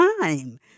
time